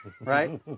Right